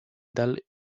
dal